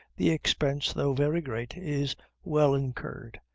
the expense, though very great, is well incurred,